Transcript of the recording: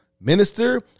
Minister